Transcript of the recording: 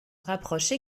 rapproche